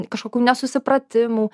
kažkokių nesusipratimų